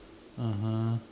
(uh huh)